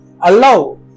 allow